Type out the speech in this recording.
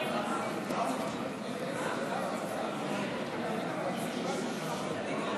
ההסתייגות (3) של קבוצת